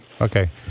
Okay